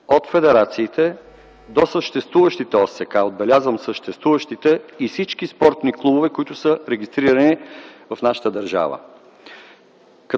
от федерациите до съществуващите ОСК – отбелязвам – съществуващите, и всички спортни клубове, които са регистрирани в нашата държава.